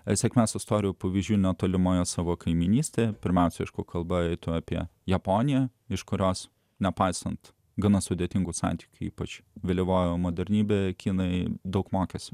ir sėkmės istorijų pavyzdžių netolimoje savo kaimynystėje pirmiausiai aišku kalba eitų apie japoniją iš kurios nepaisant gana sudėtingų santykių ypač vėlyvoji modernybė kinai daug mokėsi